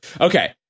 Okay